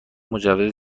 مجوز